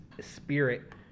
spirit